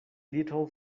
little